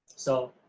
so,